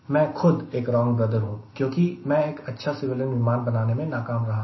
मैं खुद एक रॉन्ग ब्रदर हूं क्योंकि मैं एक अच्छा सिविलियन विमान बनाने में नाकाम रहा हूं